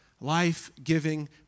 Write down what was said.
life-giving